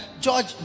George